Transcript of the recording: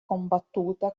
combattuta